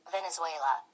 Venezuela